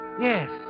Yes